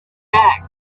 back